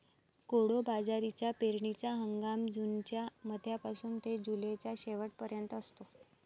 कोडो बाजरीचा पेरणीचा हंगाम जूनच्या मध्यापासून ते जुलैच्या शेवट पर्यंत असतो